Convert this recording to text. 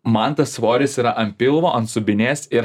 man tas svoris yra ant pilvo ant subinės ir